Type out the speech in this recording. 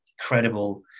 incredible